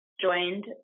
joined